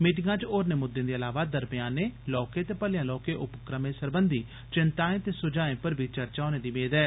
मीटिंगैं च होरनें मुद्दें दे इलावा दरमेयानें लौह्के ते भलेयां लौह्के उपक्रमें सरबंधि चिन्ताएं ते सुझाएं पर बी चर्चा होने दी मेद ऐ